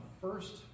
first